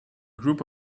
group